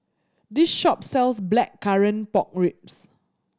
this shop sells Blackcurrant Pork Ribs